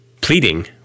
pleading